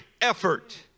effort